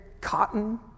cotton